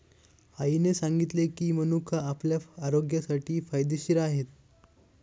आईने सांगितले की, मनुका आपल्या आरोग्यासाठी फायदेशीर आहे